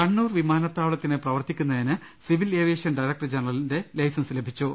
കണ്ണൂർ വിമാനത്താവളത്തിന് പ്രവർത്തിക്കുന്നതിന് civil aviation ഡയറക്ടറുടെ ലൈസൻസ് ലഭിച്ചു